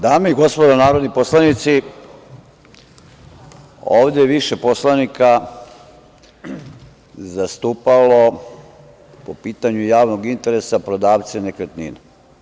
Dame i gospodo narodni poslanici, ovde je više poslanika zastupalo po pitanju javnog interesa prodavce nekretnine.